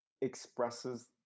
expresses